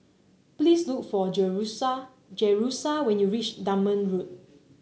please look for Jerusha Jerusha when you reach Dunman Road